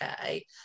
okay